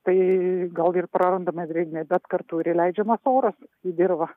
tai gal ir prarandame drėgmė bet kartu ir įleidžiamas oras į dirvą